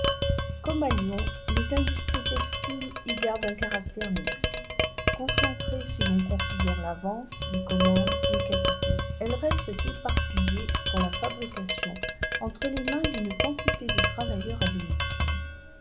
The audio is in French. comme à lyon les industries textiles y gardent un caractère mixte concentrées si l'on considère la vente les commandes les capitaux elles restent éparpillées pour la fabrication entre les mains d'une quantité de travailleurs à domicile